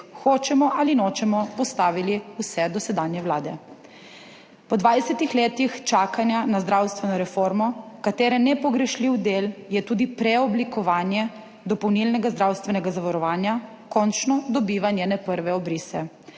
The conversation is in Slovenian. hočemo ali nočemo, postavili vse dosedanje vlade. Po 20 letih čakanja na zdravstveno reformo, katere nepogrešljiv del je tudi preoblikovanje dopolnilnega zdravstvenega zavarovanja končno dobiva njene prve obrise.